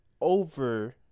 over